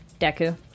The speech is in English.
Deku